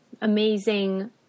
amazing